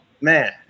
man